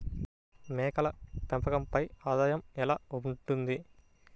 మేకల పెంపకంపై ఆదాయం ఎలా ఉంటుంది?